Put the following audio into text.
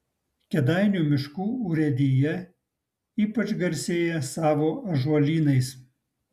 kėdainių miškų urėdija ypač garsėja savo ąžuolynais